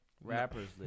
rappers